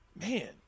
man